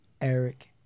Eric